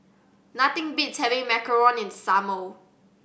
nothing beats having macaron in the summer